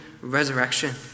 resurrection